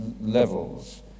levels